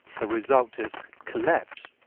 the result is collapse.